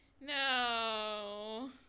No